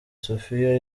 sophia